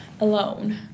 alone